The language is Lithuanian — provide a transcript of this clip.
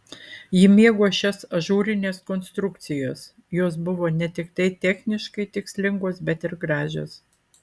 ji mėgo šias ažūrines konstrukcijas jos buvo ne tiktai techniškai tikslingos bet ir gražios